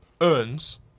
earns